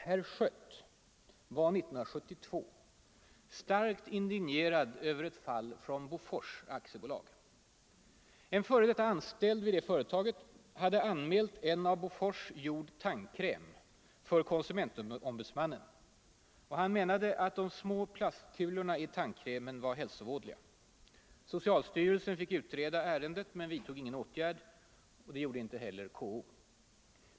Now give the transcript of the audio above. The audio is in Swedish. Herr Schött var 1972 starkt indignerad över ett fall från Bofors AB. En f.d. anställd vid företaget hade anmält för konsumentombudsmannen en av Bofors gjord tandkräm och menade att de små plastkulorna i tandkrämen var hälsovådliga. Socialstyrelsen fick utreda ärendet men vidtog ingen åtgärd, vilket inte heller KO gjorde.